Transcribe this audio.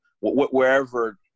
wherever